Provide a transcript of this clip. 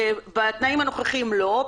בתנאים הנוכחיים לא,